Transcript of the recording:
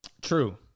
True